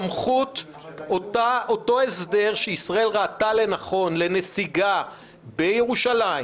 אותו הסדר שישראל ראתה לנכון לנסיגה בירושלים